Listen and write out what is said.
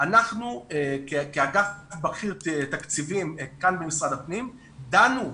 אנחנו כאגף בכיר תקציבים במשרד הפנים דנו,